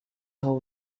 how